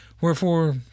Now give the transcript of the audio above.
Wherefore